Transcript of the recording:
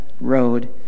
road